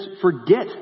forget